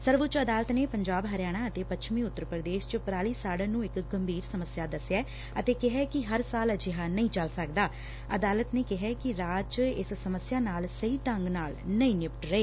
ਸਰਵਉੱਚ ਅਦਾਲਤ ਨੇ ਪੰਜਾਬ ਹਰਿਆਣਾ ਅਤੇ ਪੱਛਮੀ ਉਤਰ ਪੁਦੇਸ਼ ਚ ਪਰਾਲੀ ਸਾੜਨ ਨੂੰ ਗੰਭੀਰ ਦਸਿਐ ਅਤੇ ਕਿਹੈ ਕਿ ਹਰ ਸਾਲ ਅਜਿਹਾ ਨਹੀਂ ਚਲ ਸਕਦਾ ਅਦਾਲਤ ਨੇ ਕਿਹਾ ਕਿ ਰਾਜ ਇਸ ਸਮਸਿਆ ਨਾਲ ਸਹੀ ਢੰਗ ਨਾਲ ਨਹੀਂ ਨਿਪਟ ਰਹੇ